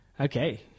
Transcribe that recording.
Okay